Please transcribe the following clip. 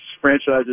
franchises